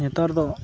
ᱱᱮᱛᱟᱨ ᱫᱚ